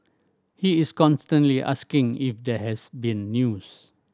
he is constantly asking if there has been news